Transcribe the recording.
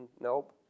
Nope